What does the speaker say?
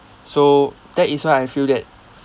so that is why I feel that